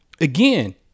Again